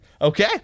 Okay